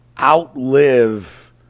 outlive